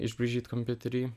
išbraižyt kompiutery